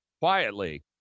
quietly